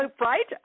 Right